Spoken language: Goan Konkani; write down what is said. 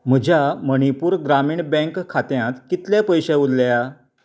म्हज्या मणिपूर ग्रामीण बँक खात्यांत कितले पयशे उरल्या